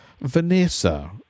Vanessa